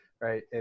right